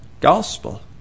gospel